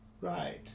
Right